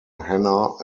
hannah